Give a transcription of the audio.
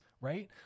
right